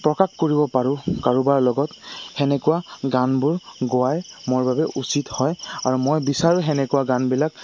প্ৰকাশ কৰিব পাৰোঁ কাৰোবাৰ লগত সেনেকুৱা গানবোৰ গোৱাই মোৰ বাবে উচিত হয় আৰু মই বিচাৰোঁ সেনেকুৱা গানবিলাক